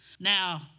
Now